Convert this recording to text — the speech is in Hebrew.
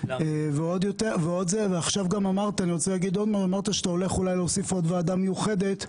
ועכשיו גם אמרת שאולי אתה הולך להוסיף עוד ועדה מיוחדת.